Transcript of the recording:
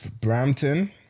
Brampton